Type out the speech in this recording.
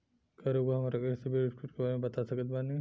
का रउआ हमरा के सिबिल स्कोर के बारे में बता सकत बानी?